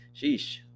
Sheesh